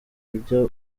vyo